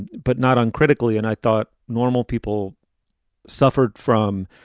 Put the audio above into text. but not uncritically. and i thought normal people suffered from